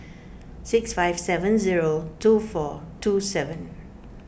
six five seven zero two four two seven